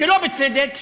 שלא בצדק,